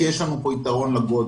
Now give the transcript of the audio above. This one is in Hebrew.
כי יש לנו יתרון לגודל.